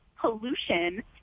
pollution